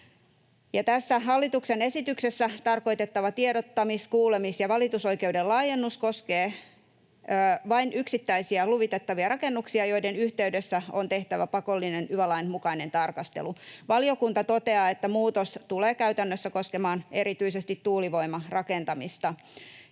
Tässä hallituksen esityksessä tarkoitettu tiedottamis‑, kuulemis- ja valitusoikeuden laajennus koskee vain yksittäisiä luvitettavia rakennuksia, joiden yhteydessä on tehtävä pakollinen yva-lain mukainen tarkastelu. Valiokunta toteaa, että muutos tulee käytännössä koskemaan erityisesti tuulivoimarakentamista.